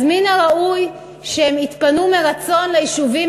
אז מן הראוי שהם יתפנו מרצון ליישובים